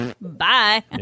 Bye